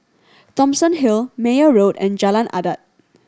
Thomson Hill Meyer Road and Jalan Adat